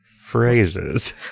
phrases